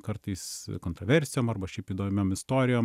kartais kontroversijom arba šiaip įdomiom istorijom